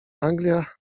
anglia